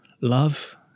love